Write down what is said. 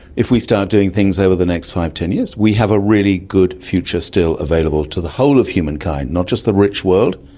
if we start doing things over the next five, ten years we have a really good future still available to the whole of humankind, not just the rich world,